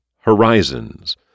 Horizons